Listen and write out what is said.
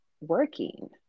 working